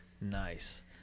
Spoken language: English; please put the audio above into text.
nice